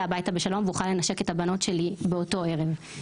הביתה בשלום ואוכל לנשק את הבנות שלי באותו הערב.